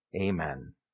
Amen